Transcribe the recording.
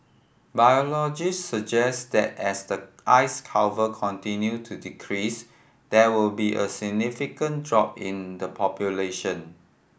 biologists suggest that as the ice cover continue to decrease there will be a significant drop in the population